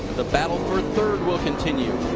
battle for third will continue.